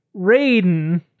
Raiden